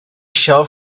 shell